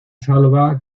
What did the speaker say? salva